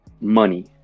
money